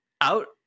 out